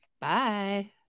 Bye